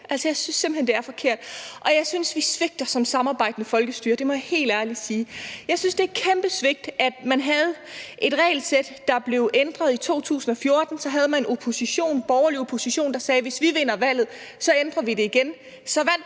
jeg synes simpelt hen, det er forkert, og jeg synes, at vi svigter som samarbejdende folkestyre. Det må jeg helt ærligt sige. Jeg synes, det er et kæmpe svigt. Man havde et regelsæt, der blev ændret i 2014, og så havde man en opposition, en borgerlig opposition, der sagde: Hvis vi vinder valget, ændrer vi det igen. Så vandt